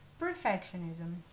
Perfectionism